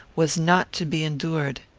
was not to be endured.